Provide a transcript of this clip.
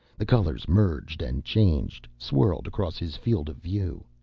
the colors merged and changed, swirled across his field of view.